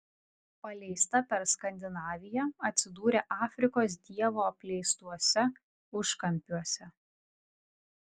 paleista per skandinaviją atsidūrė afrikos dievo apleistuose užkampiuose